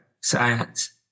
science